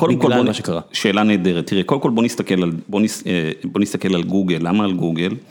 קודם כל בוא.. שאלה נהדרת, תראה, קודם כל בוא נסתכל על גוגל, למה על גוגל?